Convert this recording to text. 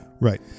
Right